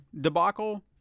debacle